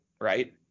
right